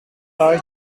thai